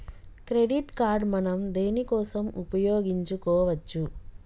Credit card మనం దేనికోసం ఉపయోగించుకోవచ్చు?